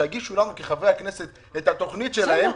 שיגישו לנו כחברי הכנסת את התוכנית שלהם,